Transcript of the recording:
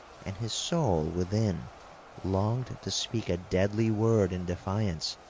and his soul within longed to speak a deadly word in defiance,